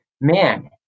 man